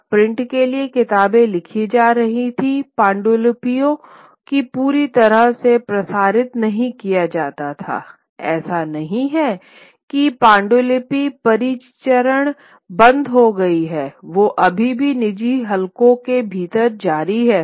अब प्रिंट के लिए किताबें लिखी जा रही हैं पांडुलिपियों को पूरी तरह से प्रसारित नहीं किया जाता है ऐसा नहीं है कि पांडुलिपि परिसंचरण बंद हो गई है वो अभी भी निजी हलकों के भीतर जारी है